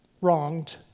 wronged